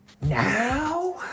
Now